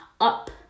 up